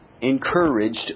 encouraged